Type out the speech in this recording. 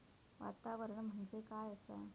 वातावरण म्हणजे काय असा?